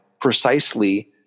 precisely